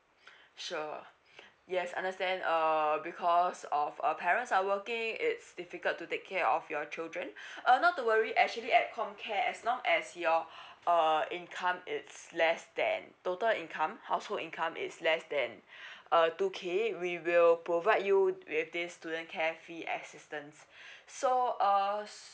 sure yes understand um because of uh parents are working it's difficult to take care of your children uh not to worry actually at comcare as long as you're uh income it's less than total income household income is less than uh two K we will provide you with this student care fee assistant so uh so